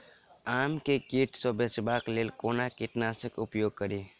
आम केँ कीट सऽ बचेबाक लेल कोना कीट नाशक उपयोग करि?